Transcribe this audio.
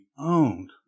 owned